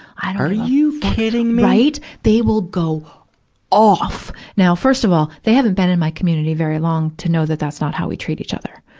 and are you kidding me! right! they will go off! now, first of all, they haven't been in my community very long to know that that's not how we treat each other.